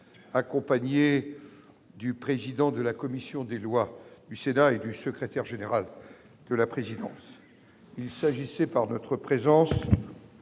accompagné du président de la commission des lois du Sénat et du secrétaire général de la présidence, il s'agissait par notre présence,